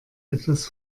etwas